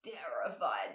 terrified